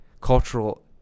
cultural